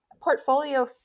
portfolio